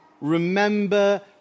remember